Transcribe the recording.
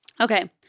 Okay